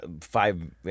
five